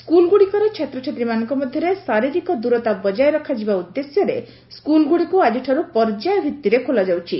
ସ୍କୁଲ୍ଗୁଡ଼ିକରେ ଛାତ୍ରଛାତ୍ରୀମାନଙ୍କ ମଧ୍ୟରେ ଶାରୀରିକ ଦୂରତା ବଜାୟ ରଖାଯିବା ଉଦ୍ଦେଶ୍ୟରେ ସ୍କୁଲ୍ଗୁଡ଼ିକୁ ଆକ୍ତିଠାରୁ ପର୍ଯ୍ୟାୟ ଭିଭିରେ ଖୋଲାଯାଉଛି